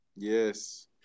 Yes